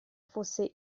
fosse